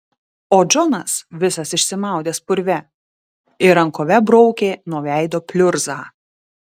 o džonas visas išsimaudęs purve ir rankove braukė nuo veido pliurzą